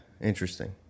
interesting